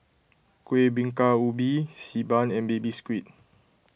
Kuih Bingka Ubi Xi Ban and Baby Squid